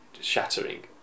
shattering